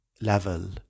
level